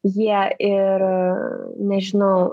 jie ir nežinau